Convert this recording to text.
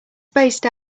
spaced